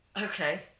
Okay